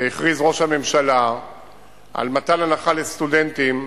הכריז ראש הממשלה על מתן הנחה לסטודנטים.